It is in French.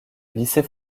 lycée